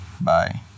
Bye